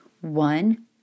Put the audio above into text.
one